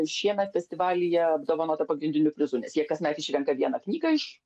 šiemet festivalyje apdovanota pagrindiniu prizu nes jie kasmet išrenka vieną knygą iš